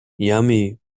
yummy